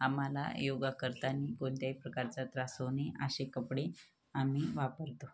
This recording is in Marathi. आम्हाला योगा करताना कोणत्याही प्रकारचा त्रास होऊ नये असे कपडे आम्ही वापरतो